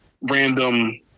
random